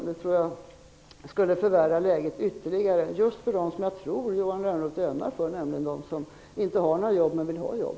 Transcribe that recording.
Det tror jag skulle förvärra läget ytterligare just för dem som jag tror att Johan Lönnroth ömmar för, nämligen de som inte har några jobb men som vill ha jobb.